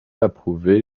approuver